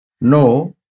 No